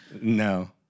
No